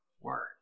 word